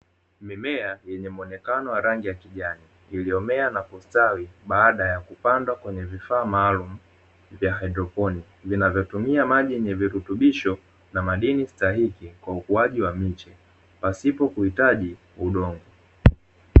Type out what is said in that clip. Mimea ya muonekano wa rangi ya kijani iliyomea na kustawi baada ya kupandwa kwenye vifaa maalumu vya haidroponi, vinavyotumia maji yenye virutubisho na madini stahiki kwa ukuaji wa miche pasipo kuhitaji udongo.